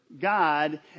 God